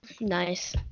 Nice